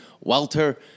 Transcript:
Welter